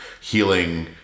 healing